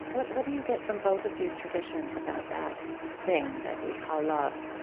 what what do you get from both of these traditions about that thing that we call love?